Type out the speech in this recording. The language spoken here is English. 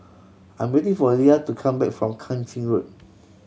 I'm waiting for Leah to come back from Kang Ching Road